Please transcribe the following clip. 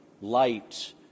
light